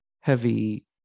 heavy